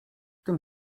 tym